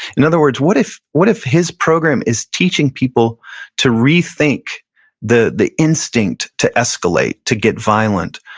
in other words what if what if his program is teaching people to rethink the the instinct to escalate, to get violent?